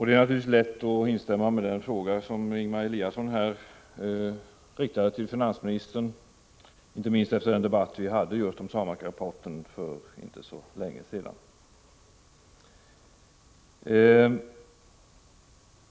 Det är naturligtvis lätt att instämma i den fråga som Ingemar Eliasson här riktade till finansministern, inte minst efter den debatt som vi hade just om SAMAK rapporten för inte så länge sedan.